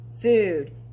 food